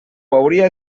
hauria